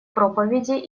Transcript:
проповеди